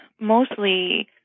mostly